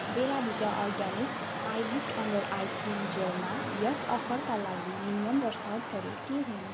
बेला भिटा organic eye lift under eye cream जेलमा यस अफरका लागि नियम र सर्तहरू के हुन्